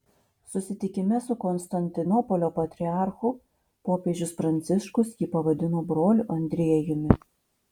susitikime su konstantinopolio patriarchu popiežius pranciškus jį pavadino broliu andriejumi